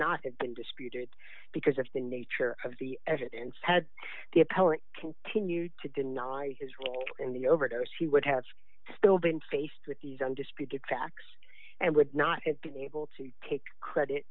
not have been disputed because of the nature of the evidence had the appellant continued to deny his role in the overdose he would have still been faced with these undisputed facts and would not have been able to take credit